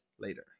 later